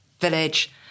village